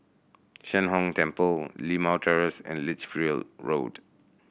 Sheng Hong Temple Limau Terrace and Lichfield Road